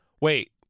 Wait